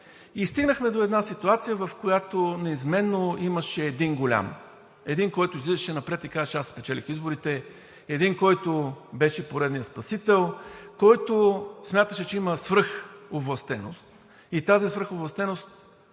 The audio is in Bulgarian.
И стигнахме до една ситуация, в която неизменно имаше един голям – един, който излизаше напред, и казваше: „Аз спечелих изборите“, един, който беше поредният спасител, който смяташе, че има свръховластеност и тази свръховластеност